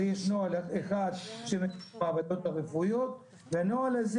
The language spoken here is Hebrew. יש נוהל אחד של המעבדות הרפואיות והנוהל הזה